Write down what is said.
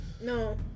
No